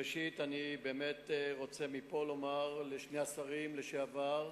בראשית אני רוצה לומר מפה לשני השרים לשעבר: